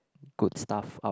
good stuff out